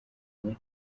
muri